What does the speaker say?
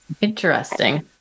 Interesting